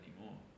anymore